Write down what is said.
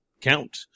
count